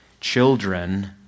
Children